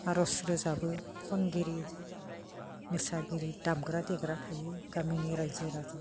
आर'ज रोजाबो खनगिरि मोसागिरि दामग्रा देग्रा थायो गामिनि रायजो राजा